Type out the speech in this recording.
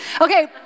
Okay